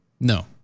No